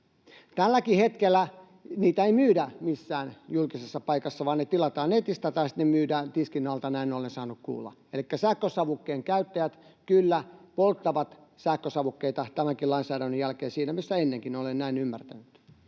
Tälläkään hetkellä niitä ei myydä missään julkisessa paikassa, vaan ne tilataan netistä tai sitten myydään tiskin alta — näin olen saanut kuulla. Elikkä sähkösavukkeiden käyttäjät kyllä polttavat sähkösavukkeita tämänkin lainsäädännön jälkeen siinä missä ennenkin, olen näin ymmärtänyt.